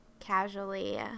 casually